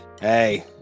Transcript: Hey